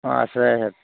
অঁ আছে সেয়াত